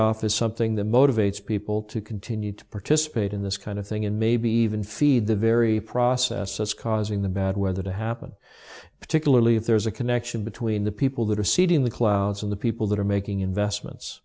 payoff is something that motivates people to continue to participate in this kind of thing and maybe even feed the very process that's causing the bad weather to happen particularly if there's a connection between the people that are seeding the clouds and the people that are making investments